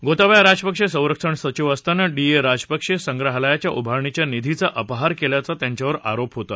गोताबाया राजपक्षे संरक्षण सचिव असताना डी ए राजपक्षे संग्रहालयाच्या उभारणीच्या निधीचा अपहार केल्याचा त्यांच्यावर आरोप होता